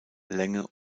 länge